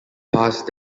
past